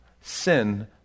sin